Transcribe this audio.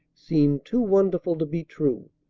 seemed too wonderful to be true.